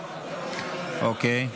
אוקיי.